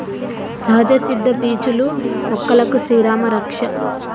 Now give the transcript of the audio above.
సహజ సిద్ద పీచులు మొక్కలకు శ్రీరామా రక్ష